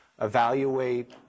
evaluate